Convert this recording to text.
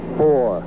four